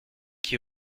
qui